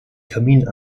kamin